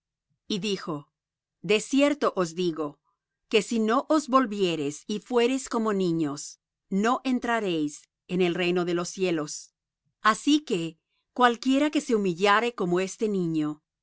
y dijo de cierto os digo que si no os volviereis y fuereis como niños no entraréis en el reino de los cielos así que cualquiera que se humillare como este niño